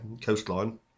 coastline